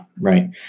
Right